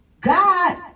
God